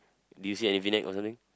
do you see any V neck or something